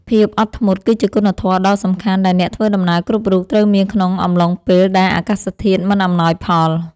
ភាពអត់ធ្មត់ គឺជាគុណធម៌ដ៏សំខាន់ដែលអ្នកធ្វើដំណើរគ្រប់រូបត្រូវមានក្នុងអំឡុងពេលដែលអាកាសធាតុមិនអំណោយផល។